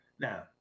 Now